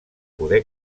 poder